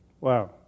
wow